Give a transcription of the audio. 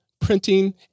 printing